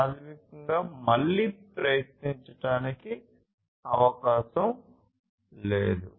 ప్రాథమికంగా మళ్లీ ప్రయత్నించడానికి అవకాశం లేదు